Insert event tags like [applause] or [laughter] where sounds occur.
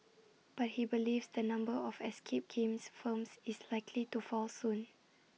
[noise] but he believes the number of escape game firms is [noise] likely to fall soon